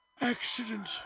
Accident